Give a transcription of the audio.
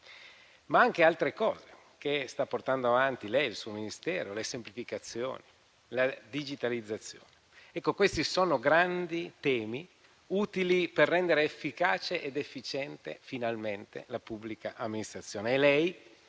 ma anche altre cose che sta portando avanti lei con il suo Ministero, come le semplificazioni e la digitalizzazione. Questi sono grandi temi, utili per rendere finalmente efficace ed efficiente la pubblica amministrazione, e lei,